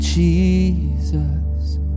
Jesus